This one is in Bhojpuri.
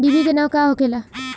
डिभी के नाव का होखेला?